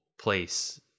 place